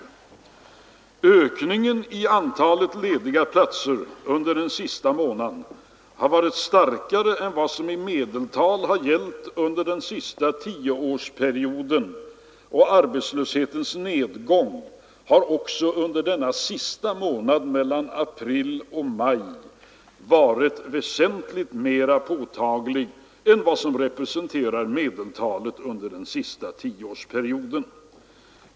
Ökningen i antalet lediga platser under den senaste månaden har varit starkare än vad som i medeltal har gällt under den senaste tioårsperioden, och arbetslöshetens nedgång har också under denna senaste månad, mellan april och maj, varit väsentligt mera påtaglig än vad som representerar medeltalet under den senaste tioårsperioden.